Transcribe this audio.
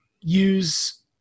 use